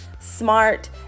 smart